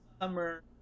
summer